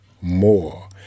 more